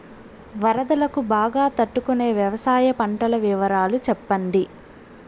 వరదలకు బాగా తట్టు కొనే వ్యవసాయ పంటల వివరాలు చెప్పండి?